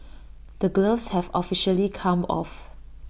the gloves have officially come off